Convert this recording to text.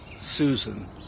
Susan